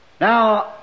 Now